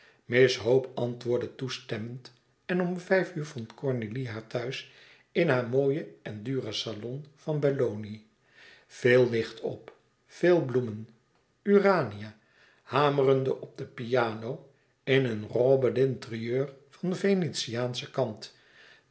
miss hope antwoordde toestemmend en om vijf uur vond cornélie haar thuis in haar mooien en duren salon van belloni veel licht op veel bloemen urania hamerende op de piano in een robe dinterieur van venetiaansche kant